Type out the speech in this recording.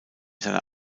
seiner